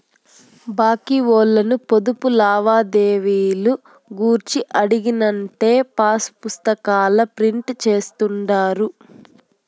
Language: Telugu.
బాంకీ ఓల్లను పొదుపు లావాదేవీలు గూర్చి అడిగినానంటే పాసుపుస్తాకాల ప్రింట్ జేస్తుండారు